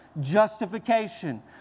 Justification